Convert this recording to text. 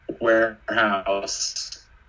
warehouse